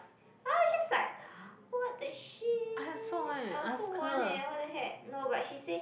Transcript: I was just like what-the-shit I also want eh what-the-heck no but she say